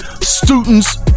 students